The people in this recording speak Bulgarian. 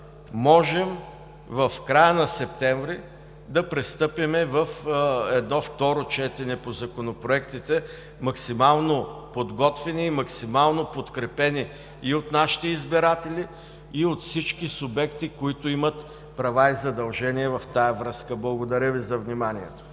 можем в края на месец септември да пристъпим към второ четене по законопроектите, максимално подготвени и максимално подкрепени и от нашите избиратели, и от всички субекти, които имат права и задължения в тази връзка. Благодаря Ви за вниманието.